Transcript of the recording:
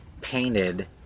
painted